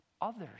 others